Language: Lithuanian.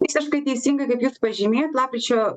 visiškai teisingai kaip jūs pažymėjot lapkričio